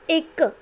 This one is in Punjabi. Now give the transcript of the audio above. ਇੱਕ